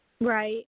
Right